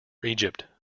egypt